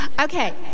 Okay